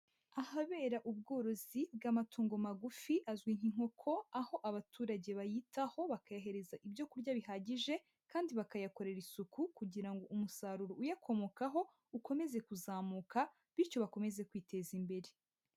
Ahabera ubworozi bw'amatungo magufi azwi nk'inkoko, aho abaturage bayitaho, bakayahereza ibyo kurya bihagije kandi bakayakorera isuku kugira ngo umusaruro uyakomokaho ukomeze kuzamuka bityo bakomeze kwiteza imbere.